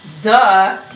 duh